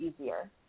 easier